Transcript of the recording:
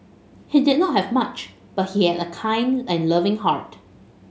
he did not have much but he had a kind and loving heart